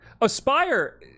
Aspire